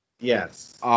Yes